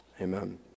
amen